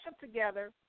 together